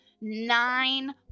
Nine